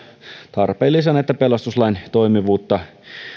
tarpeellisena että pelastuslain toimivuutta